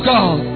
God